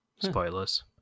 spoilers